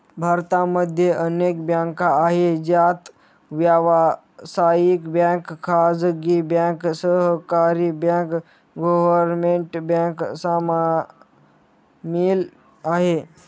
भारत मध्ये अनेक बँका आहे, ज्यात व्यावसायिक बँक, खाजगी बँक, सहकारी बँक, गव्हर्मेंट बँक सामील आहे